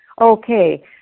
Okay